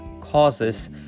causes